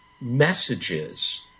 messages